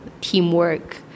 teamwork